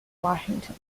washington